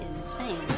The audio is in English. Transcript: insane